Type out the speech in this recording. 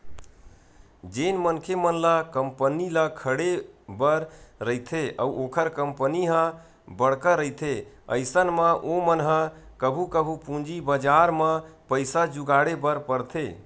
जेन मनखे मन ल कंपनी ल खड़े बर रहिथे अउ ओखर कंपनी ह बड़का रहिथे अइसन म ओमन ह कभू कभू पूंजी बजार म पइसा जुगाड़े बर परथे